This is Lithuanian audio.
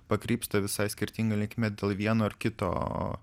pakrypsta visai skirtinga linkme dėl vieno ar kito